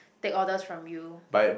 take orders from you